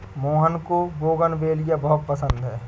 मोहन को बोगनवेलिया बहुत पसंद है